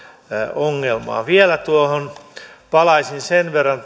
ongelmaa vielä palaisin sen verran